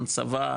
צבא,